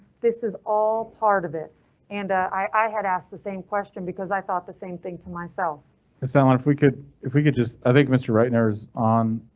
this is all part of it and i had asked the same question because i thought the same thing to myself as someone if we could if we could. just i think mr right now is on.